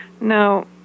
Now